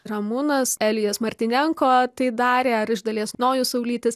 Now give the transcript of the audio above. ramūnas elijas martinenko tai darė ar iš dalies nojus saulytis